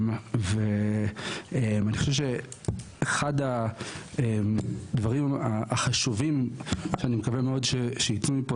ואני חושב שאחד הדברים החשובים שאני מקווה מאוד שיצאו מפה,